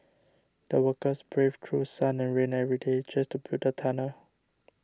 the workers braved through sun and rain every day just to build the tunnel